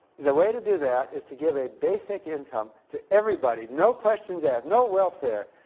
the way to do that is to give a basic income to everybody, no questions asked, no welfare.